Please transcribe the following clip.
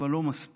אבל לא מספיק.